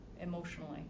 Emotionally